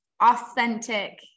authentic